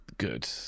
Good